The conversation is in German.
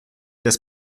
des